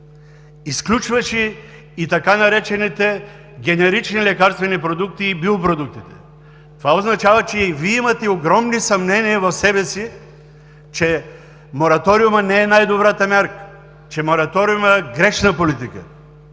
изключваше и така наречените „генерични лекарствени продукти“ и биопродуктите. Това означава, че и Вие имате огромни съмнения в себе си, че мораториумът не е най-добрата мярка, че мораториумът е грешна политика.